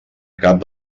cap